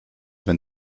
wenn